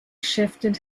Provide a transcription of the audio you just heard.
shifted